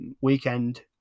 Weekend